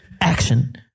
Action